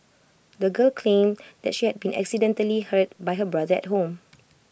the girl claimed that she had been accidentally hurt by her brother at home